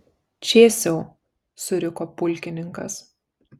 čėsiau suriko pulkininkas